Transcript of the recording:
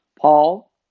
Paul